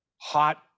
Hot